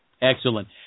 Excellent